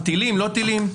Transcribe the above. טילים-לא טילים.